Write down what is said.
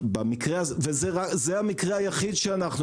שבמקרה הזה וזה המקרה היחיד שאנחנו